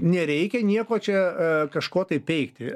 nereikia nieko čia kažko taip peikti